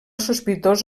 sospitós